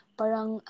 parang